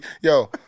Yo